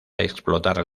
explotar